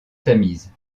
tamise